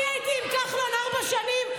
אני הייתי עם כחלון ארבע שנים,